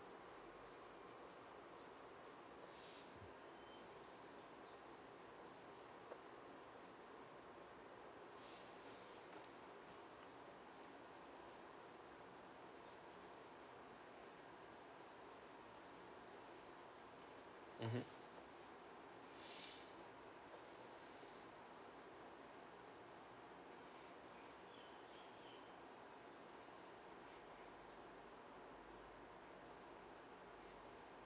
mmhmm